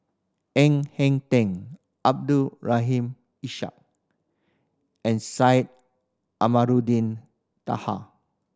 Ng Heng Teng Abdul Rahim Ishak and Syed Amarluding Daha